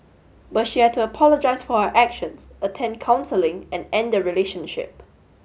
but she had to apologize for her actions attend counselling and end the relationship